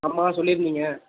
ஆமாம் சொல்லியிருந்தீங்க